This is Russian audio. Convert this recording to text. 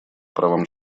правам